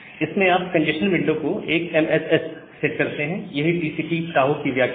इसमें आप congestion window को 1 MSS सेट करते हैं यही टीसीपी टाहो की व्याख्या है